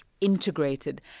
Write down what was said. integrated